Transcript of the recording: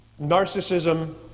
narcissism